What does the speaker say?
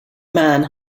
man